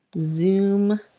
zoom